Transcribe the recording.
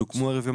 שהוקמו ערב יום